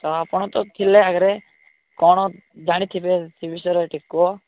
ତ ଆପଣ ତ ଥିଲେ ଆଗରେ କ'ଣ ଜାଣିଥିବେ ସେଇ ବିଷୟରେ ଟିକେ କୁହ